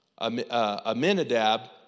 Amenadab